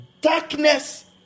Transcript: darkness